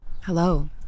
Hello